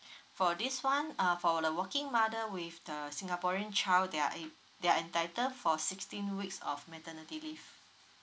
for this one uh for the working mother with the singaporean child they are able they are entitled for sixteen weeks of maternity leave